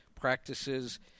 practices